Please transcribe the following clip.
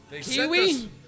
Kiwi